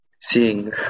seeing